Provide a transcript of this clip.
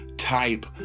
type